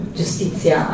giustizia